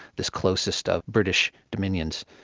this closest of british dominions.